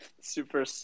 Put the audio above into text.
super